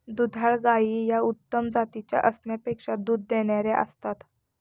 दुधाळ गायी या उत्तम जातीच्या असण्यापेक्षा दूध देणाऱ्या असतात